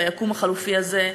ביקום החלופי הזה,